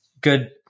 good